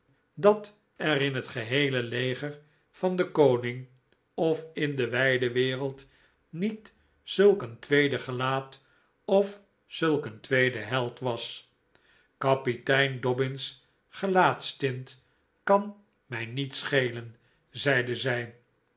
dat er in het geheele leger van den koning of in de wijde wereld niet zulk een tweede gelaat of zulk een tweede held was kapitein dobbin's gelaatstint kan mij niets schelen zeide zij